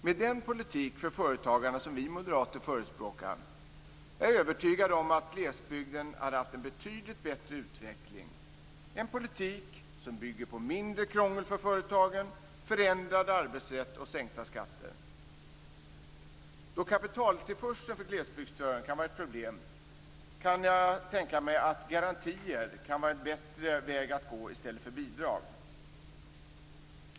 Med den politik för företagande som vi moderater förespråkar är jag övertygad om att glesbygden hade haft en betydligt bättre utveckling, dvs. en politik som bygger på mindre krångel för företagen, förändrad arbetsrätt och sänkta skatter. Då kapitaltillförseln för glesbygdsföretagen kan vara ett problem är säkert garantier i stället för bidrag en bättre väg att gå.